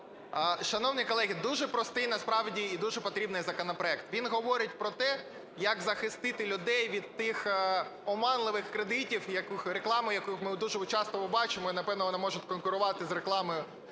Шановні колеги, дуже простий насправді і дуже потрібний законопроект. Він говорить про те, як захистити людей від тих оманливих кредитів, рекламу яких ми дуже часто бачимо, і, напевно, вони можуть конкурувати з рекламою